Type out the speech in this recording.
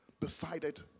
decided